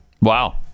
Wow